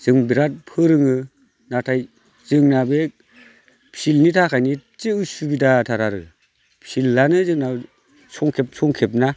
जों बिराद फोरोङो नाथाय जोंना बे फिल्दनि थाखायनो एसे उसुबिदाथार आरो फिल्दानो जोंना संखेब संखेबना